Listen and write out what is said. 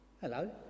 Hello